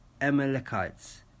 Amalekites